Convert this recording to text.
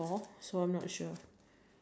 ya I don't think theres any